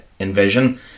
Envision